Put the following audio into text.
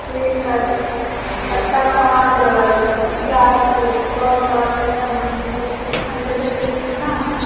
ठीक हइ अच्छा समान देबै घटिआ नहि देबै सड़ल तड़ल नहि समान देबै चिक्कन बेचै छिए कि नहि